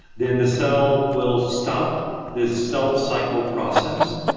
then the cell will stop this cell cycle process,